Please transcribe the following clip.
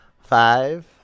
five